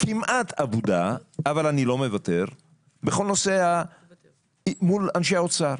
כמעט אבודה אבל אני לא מוותר מול אנשי האוצר.